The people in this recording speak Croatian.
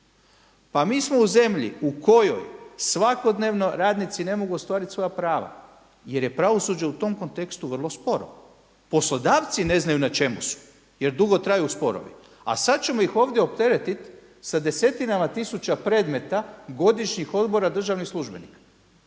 Pa mi smo u zemlji u kojoj svakodnevno radnici ne mogu ostvariti svoja prava jer je pravosuđe u tom kontekstu vrlo sporo. Poslodavci ne znaju na čemu su jer dugo traju sporovi a sada ćemo ih ovdje opteretiti sa desetinama tisuća predmeta godišnjih odbora državnih službenika.